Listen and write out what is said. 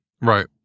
right